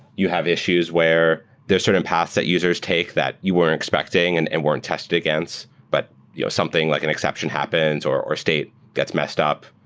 you have issues where there are certain paths that users take that you weren't expecting and and weren't tested against, but you know something like an exception happens or or state gets messed up.